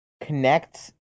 connect